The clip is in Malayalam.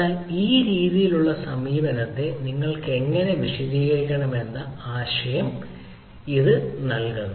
എന്നാൽ ഈ രീതിയിലുള്ള സമീപനത്തെ നിങ്ങൾക്ക് എങ്ങനെ വിശദീകരിക്കാമെന്ന ഒരു ആശയം ഇത് നൽകുന്നു